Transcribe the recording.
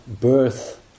birth